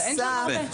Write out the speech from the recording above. אין שם הרבה.